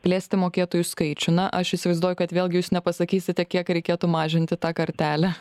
plėsti mokėtojų skaičių na aš įsivaizduoju kad vėlgi jūs nepasakysite kiek reikėtų mažinti tą kartelę